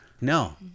No